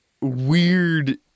weird